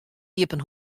iepen